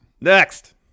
Next